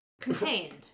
Contained